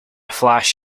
flash